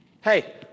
hey